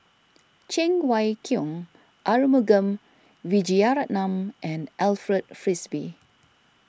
Cheng Wai Keung Arumugam Vijiaratnam and Alfred Frisby